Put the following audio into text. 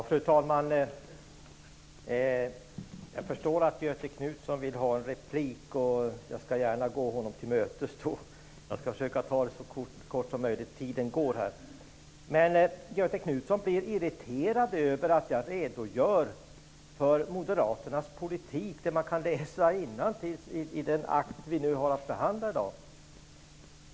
Fru talman! Jag förstår att Göthe Knutson vill ha en replik. Jag skall gärna gå honom till mötes. Jag skall försöka ta det hela så snabbt som möjligt - tiden går. Göthe Knutson blir irriterad över att jag redogör för Moderaternas politik. Det går att läsa innantill i den akt vi behandlar i dag.